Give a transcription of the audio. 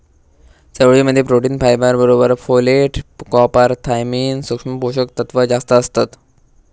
चवळी मध्ये protein, fibre बरोबर फोलेट, कॉपर, थायमिन, सुक्ष्म पोषक तत्त्व जास्तं असतत